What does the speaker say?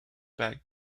back